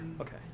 Okay